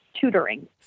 tutoring